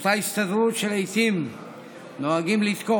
הסגירו אותם לידי השליט